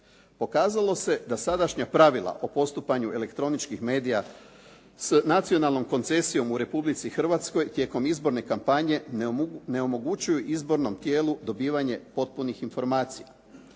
Pokazalo se da sadašnja pravila o postupanju elektroničkih medija s nacionalnom koncesijom u Republici Hrvatskoj tijekom izborne kampanje ne omogućuju izbornom tijelu dobivanje potpunih informacija.